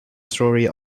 story